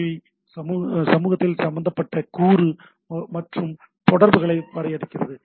B சமூகத்தில் சம்பந்தப்பட்ட கூறு மற்றும் தொடர்புகளை வரையறுக்கிறது